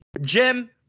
Jim